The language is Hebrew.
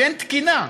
שאין תקינה,